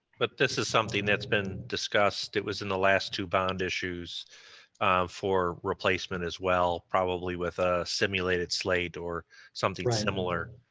but this is something that's been discussed, it was in the last two bound issues for replacement as well probably with a simulated slate or something similar.